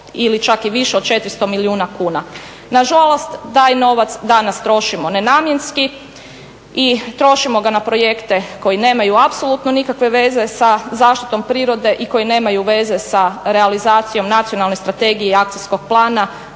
ili čak i više od 400 milijuna kuna. Nažalost taj novac danas trošimo nenamjenski i trošimo ga na projekte koji nemaju apsolutno nikakve veze sa zaštitom prirode i koji nemaju veze sa realizacijom nacionalne strategije i akcijskog plana